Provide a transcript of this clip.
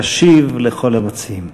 ישיב לכל המציעים.